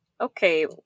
okay